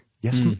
Yes